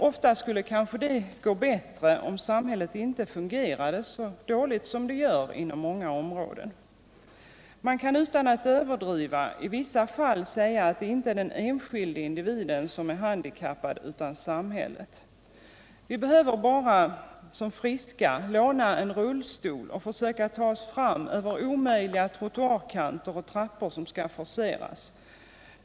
Ofta skulle detta kanske gå bättre om samhället inte fungerade så dåligt som det gör inom många områden. Man kan utan att överdriva i vissa fall säga att det är inte den enskilde individen som är handikappad utan samhället. Vi behöver bara som friska låna en rullstol och försöka ta oss fram över omöjliga trottoarkanter och trappor som skall forceras.